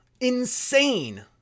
Insane